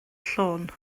llon